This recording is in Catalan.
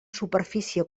superfície